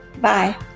Bye